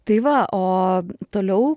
tai va o toliau